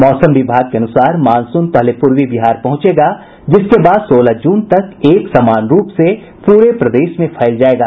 मौसम विभाग के अनुसार मानसून पहले पूर्वी बिहार पहुंचेगा जिसके बाद सोलह जून तक एक समान रूप में पूरे प्रदेश में फैल जाएगा